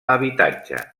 habitatge